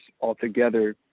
altogether